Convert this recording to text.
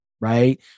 right